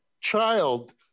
child